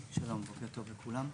שלום, בוקר טוב לכולם,